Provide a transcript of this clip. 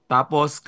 Tapos